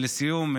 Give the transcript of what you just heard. לסיום,